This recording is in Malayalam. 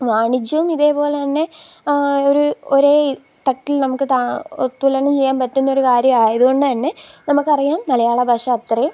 വാണിജ്യവും ഇതേപോലെതന്നെ ഒരു ഒരേയീ തട്ടില് നമുക്ക് താ തുലനം ചെയ്യാന് പറ്റുന്ന ഒരു കാര്യമായതു കൊണ്ടുതന്നെ നമുക്കറിയാം മലയാള ഭാഷ അത്രയും